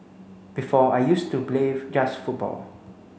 before I used to play just football